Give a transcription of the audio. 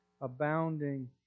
abounding